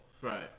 Right